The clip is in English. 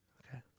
okay